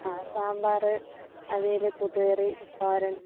ആ സാമ്പാർ അവിയൽ കൂട്ടുകറി തോരൻ